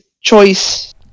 choice